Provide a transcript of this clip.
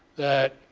that